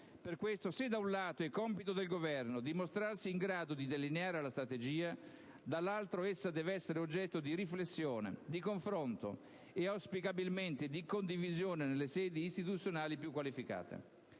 Per questo, se da un lato è compito del Governo dimostrarsi in grado di delineare la strategia, dall'altro essa deve essere oggetto di riflessione, di confronto e, auspicabilmente, di condivisione nelle sedi istituzionali più qualificate.